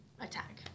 attack